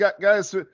guys